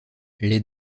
les